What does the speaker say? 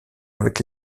avec